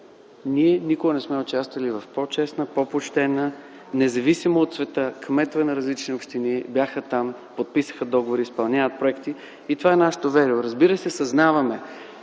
„Ние никога не сме участвали в по-честна и по-почтена тръжна процедура.” Независимо от цвета кметове на различни общини бяха там, подписаха договори, изпълняват проекти и това е нашето верую. Разбира се, съзнаваме,